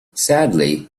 sadly